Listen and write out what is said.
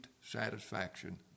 satisfaction